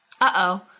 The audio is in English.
Uh-oh